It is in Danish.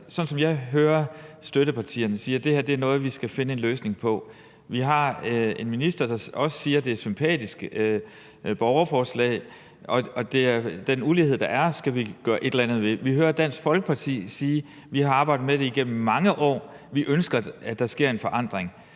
Sådan som jeg hører det, støttepartierne siger, så er det her noget, vi skal finde en løsning på. Vi har en minister, der også siger, at det er et sympatisk borgerforslag, og at den ulighed, der er, skal vi gøre et eller andet ved. Vi hører Dansk Folkeparti sige: Vi har arbejdet med det igennem mange år, og vi ønsker, at der sker en forandring.